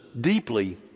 deeply